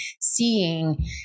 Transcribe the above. seeing